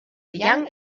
young